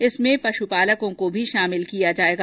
इसमें पश् पालकों को भी शामिल किया गया जाएगा